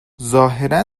ظاهرا